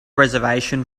reservation